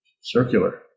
Circular